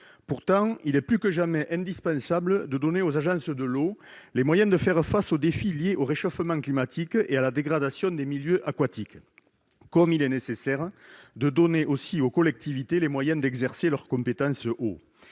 Pourtant, il est plus que jamais indispensable de donner aux agences de l'eau les moyens de faire face aux défis liés au réchauffement climatique et à la dégradation des milieux aquatiques, comme il est nécessaire de donner aux collectivités les moyens d'exercer leur compétence « eau